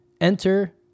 Enter